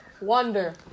wonder